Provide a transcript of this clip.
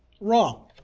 Wrong